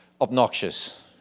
obnoxious